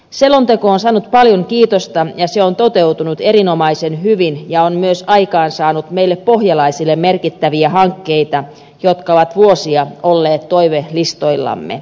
selonteko on saanut paljon kiitosta ja se on toteutunut erinomaisen hyvin ja on myös aikaansaanut meille pohjalaisille merkittäviä hankkeita jotka ovat vuosia olleet toivelistoillamme